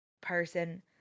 person